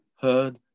heard